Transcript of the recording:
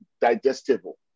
digestible